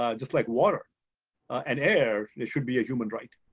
ah just like water and air, it should be a human right.